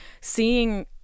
seeing